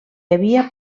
havia